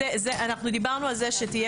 דיברנו על זה שתהיה